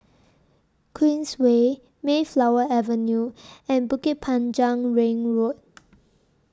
Queensway Mayflower Avenue and Bukit Panjang Ring Road